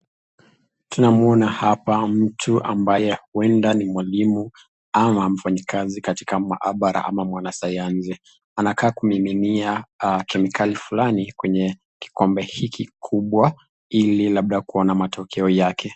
Tunamuona hapa mtu ambaye huenda ni mwalimu ama mfanyikazi katika maabara ama mwanasayansi. Anakaa kumiminia kemikali fulani kwenye kikombe hiki kikubwa ili labda kuona matokeo yake.